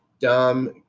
dumb